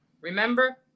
Remember